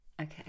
Okay